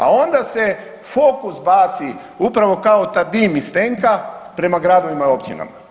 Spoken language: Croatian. A onda se fokus baci upravo kao taj dim iz tenka prema gradovima i općinama.